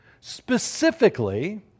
specifically